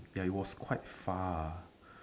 ya it was quite far ah